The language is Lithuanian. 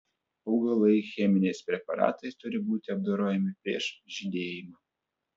augalai cheminiais preparatais turi būti apdorojami prieš žydėjimą